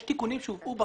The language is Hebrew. יש תיקונים שהובאו.